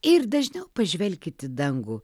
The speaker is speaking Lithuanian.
ir dažniau pažvelkit į dangų